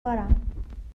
کارم